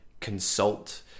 consult